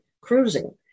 cruising